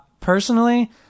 Personally